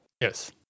yes